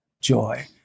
Joy